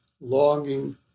longing